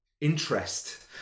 interest